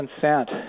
consent